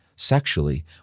sexually